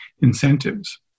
incentives